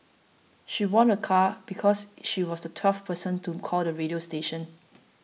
she won a car because she was the twelfth person to call the radio station